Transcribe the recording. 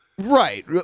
Right